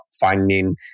finding